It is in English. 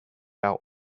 out